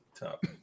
top